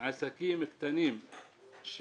עסקים קטנים.